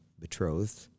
betrothed